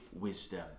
wisdom